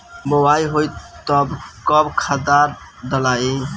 बोआई होई तब कब खादार डालाई?